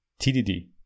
TDD